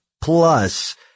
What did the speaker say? Plus